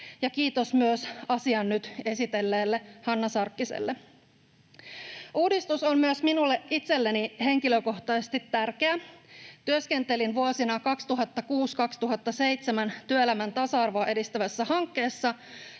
kiitos myös asian nyt esitelleelle Hanna Sarkkiselle. Uudistus on myös minulle itselleni henkilökohtaisesti tärkeä. Työskentelin vuosina 2006—2007 työelämän tasa-arvoa edistävässä hankkeessa,